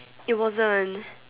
it wasn't